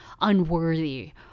unworthy